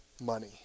money